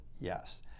Yes